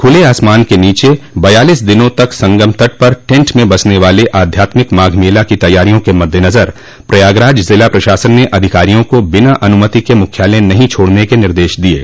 खुले आसमान के नीचे बयालिस दिनों तक संगम तट पर टेन्ट में बसने वाले आध्यात्मिक माघ मेला की तैयारियों के मददेनज़र प्रयागराज जिला प्रशासन ने अधिकारियों को बिना अनुमति के मुख्यालय नहीं छोड़ने के निर्देश दिये हैं